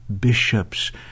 bishops